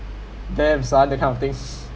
damn that kind of things